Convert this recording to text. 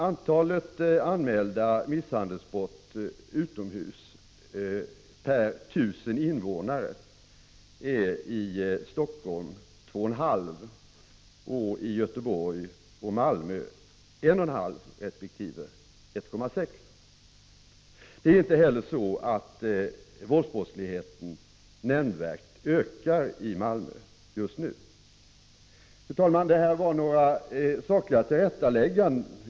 Antalet anmälda misshandelsbrott utomhus per 1 000 invånare är i Helsingfors 2,5 och i Göteborg och Malmö 1,5 resp. 1,6. Det är inte heller så att våldsbrottsligheten nämnvärt ökar i Malmö just nu. Fru talman! Det här var några sakliga tillrättalägganden.